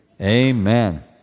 Amen